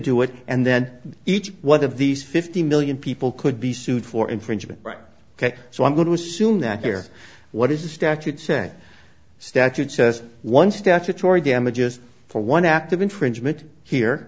do it and then each one of these fifty million people could be sued for infringement ok so i'm going to assume that here what is the statute say statute says one statutory damages for one act of infringement here